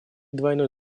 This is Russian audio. двойной